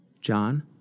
John